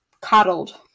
coddled